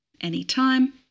anytime